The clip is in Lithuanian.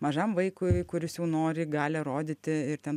mažam vaikui kuris jau nori galią rodyti ir ten